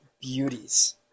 beauties